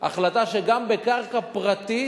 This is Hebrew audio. החלטה שגם בקרקע פרטית